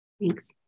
Thanks